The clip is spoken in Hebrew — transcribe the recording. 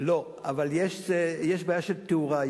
לא, אבל יש בעיה של תאורה.